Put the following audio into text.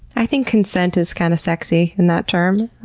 i think consent is kind of sexy in that term.